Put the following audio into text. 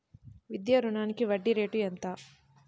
విద్యా రుణానికి వడ్డీ రేటు ఎంత?